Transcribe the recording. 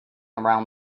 around